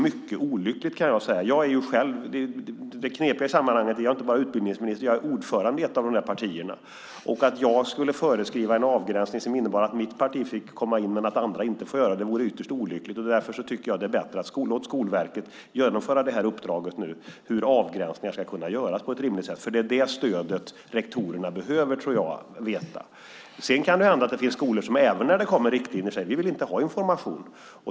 Det knepiga i sammanhanget är att jag inte bara är utbildningsminister. Jag är också ordförande i ett av partierna. Om jag skulle föreskriva en avgränsning som innebar att mitt parti fick komma in men andra inte vore det ytterst olyckligt. Därför tycker jag att det är bättre att Skolverket genomför uppdraget om hur avgränsningar ska kunna göras på ett rimligt sätt. Det är det stödet rektorerna behöver, tror jag mig veta. Sedan kan det hända att det finns skolor som även när det kommer riktlinjer säger att de inte vill ha information.